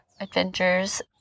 adventures